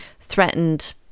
threatened